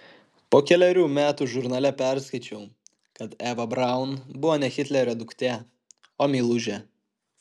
po kelerių metų žurnale perskaičiau kad eva braun buvo ne hitlerio duktė o meilužė